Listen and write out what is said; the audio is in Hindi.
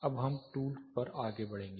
हम अब टूल पर आगे बढ़ेंगे